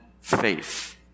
faith